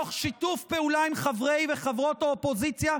מתוך שיתוף פעולה עם חברי וחברות האופוזיציה,